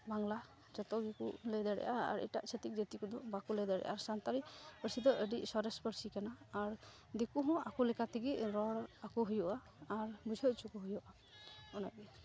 ᱵᱟᱝᱞᱟ ᱡᱚᱛᱚ ᱜᱮᱠᱚ ᱞᱟᱹᱭ ᱫᱟᱲᱟᱮᱜᱼᱟ ᱟᱨ ᱮᱴᱟᱜ ᱪᱷᱟᱹᱛᱤᱠ ᱡᱟᱹᱛᱤ ᱠᱚᱫᱚ ᱵᱟᱠᱚ ᱞᱟᱹᱭ ᱫᱟᱲᱮᱜᱼᱟ ᱟᱨ ᱥᱟᱱᱛᱟᱲᱤ ᱯᱟᱹᱨᱥᱤᱫᱚ ᱟᱹᱰᱤ ᱥᱚᱨᱮᱥ ᱯᱟᱹᱨᱥᱤ ᱠᱟᱱᱟ ᱟᱨ ᱫᱤᱠᱩᱦᱚᱸ ᱟᱠᱚ ᱞᱮᱠᱟᱛᱮᱜᱮ ᱨᱚᱲᱟᱠᱚ ᱦᱩᱭᱩᱜᱼᱟ ᱟᱨ ᱵᱩᱡᱷᱟᱹᱣ ᱦᱚᱪᱚᱠᱚ ᱦᱩᱭᱩᱜᱼᱟ ᱚᱱᱟᱜᱮ